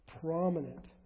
prominent